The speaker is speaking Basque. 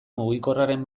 mugikorraren